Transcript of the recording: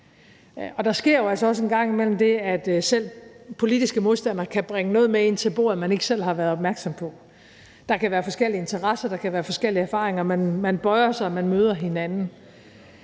altså også en gang imellem det, at selv politiske modstandere kan bringe noget med ind til bordet, man ikke selv har været opmærksom på. Der kan være forskellige interesser, der kan være forskellige erfaringer, men man bøjer sig, og man møder hinanden.